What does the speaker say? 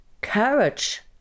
courage